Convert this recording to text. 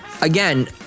Again